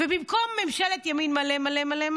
ובמקום ממשלת ימין מלא מלא,